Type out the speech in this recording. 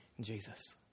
Jesus